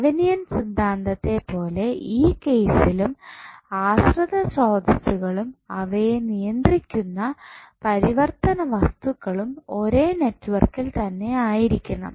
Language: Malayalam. തെവനിയൻ സിദ്ധാന്തത്തെ പോലെ ഈ കേസിലും ആശ്രിത സ്രോതസ്സുകളും അവയെ നിയന്ത്രിക്കുന്ന പരിവർത്തന വസ്തുക്കളും ഒരേ നെറ്റ്വർക്കിൽ തന്നെ ആയിരിക്കണം